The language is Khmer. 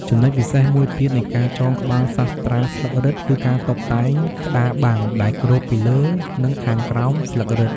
ចំណុចពិសេសមួយទៀតនៃការចងក្បាលសាស្រ្តាស្លឹករឹត គឺការតុបតែងក្តារបាំងដែលគ្របពីលើ និងខាងក្រោមស្លឹករឹត។